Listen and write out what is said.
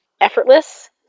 effortless